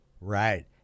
Right